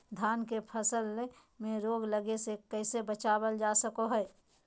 धान के फसल में रोग लगे से कैसे बचाबल जा सको हय?